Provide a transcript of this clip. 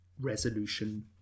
Resolution